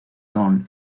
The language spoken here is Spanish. lawn